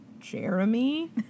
Jeremy